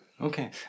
Okay